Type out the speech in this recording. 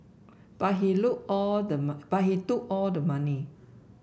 but he look all the but he took all the money